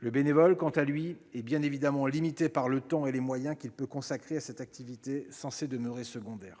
Le bénévole, quant à lui, est bien évidemment limité par le temps et les moyens qu'il peut consacrer à cette activité censée demeurer secondaire.